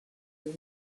you